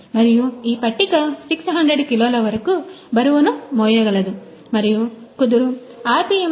మరియు ఈ పట్టిక 600 కిలోల వరకు బరువును మోయగలదు మరియు కుదురు ఆర్పిఎమ్ 31